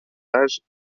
âges